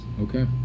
Okay